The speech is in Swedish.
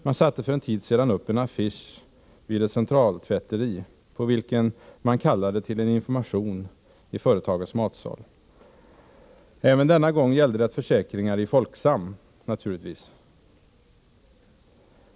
Man satte för en tid sedan upp en affisch vid ett centraltvätteri på vilken man kallade till information i företagets matsal. Även denna gång gällde det försäkringar i Folksam, naturligtvis.